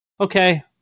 okay